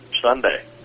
Sunday